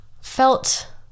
felt